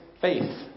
faith